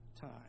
time